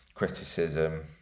criticism